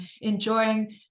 enjoying